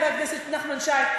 חבר הכנסת נחמן שי,